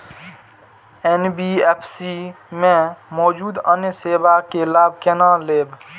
NBFC में मौजूद अन्य सेवा के लाभ केना लैब?